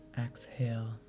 exhale